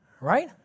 Right